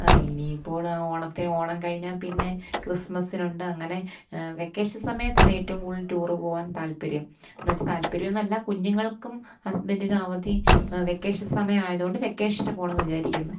ആ ഇനിയിപ്പോൾ ആ ഓണത്തിന് ഓണം കഴിഞ്ഞാൽ പിന്നെ ക്രിസ്മസിനുണ്ട് അങ്ങനെ വെക്കേഷൻ സമയത്താണ് ഏറ്റവും കൂടുതൽ ടൂറ് പോവാൻ താല്പര്യം എന്നു വച്ചാൽ താൽപര്യമെന്നല്ല കുഞ്ഞുങ്ങൾക്കും ഹസ്ബൻ്റിനും അവധി വെക്കേഷൻ സമയമായതുകൊണ്ട് വെക്കേഷന് പോകണം എന്ന് വിചാരിക്കുന്നു